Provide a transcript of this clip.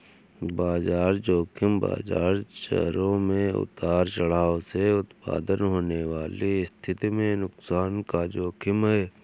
बाजार ज़ोखिम बाजार चरों में उतार चढ़ाव से उत्पन्न होने वाली स्थिति में नुकसान का जोखिम है